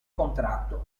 contratto